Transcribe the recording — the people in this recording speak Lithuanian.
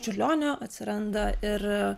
čiurlionio atsiranda ir